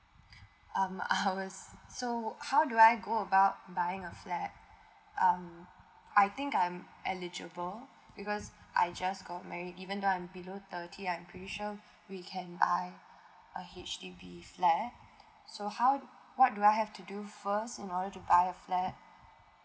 um I was so how do I go about buying a flat um I think I'm eligible because I just got married even though I'm below thirty I'm pretty sure we can buy a H_D_B flat so how what do I have to do first in order to buy a flat